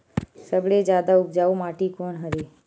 सबले जादा उपजाऊ माटी कोन हरे?